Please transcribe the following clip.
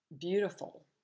beautiful